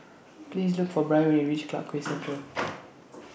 Please Look For Bryn when YOU REACH Clarke Quay Central